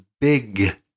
big